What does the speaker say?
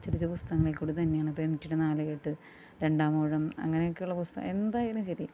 അച്ചടിച്ച പുസ്തകങ്ങളിൽ കൂടെ തന്നെയാണ് ഇപ്പം എം ടിയുടെ നാലുകെട്ട് രണ്ടാമൂഴം അങ്ങനെയൊക്കെയുള്ള പുസ്തകം എന്തായാലും ശരി